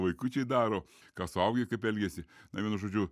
vaikučiai daro ką suaugę kaip elgiasi na vienu žodžiu